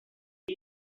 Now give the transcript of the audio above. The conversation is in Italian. per